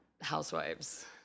housewives